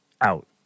out